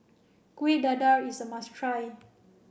Kuih Dadar is a must try